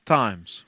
times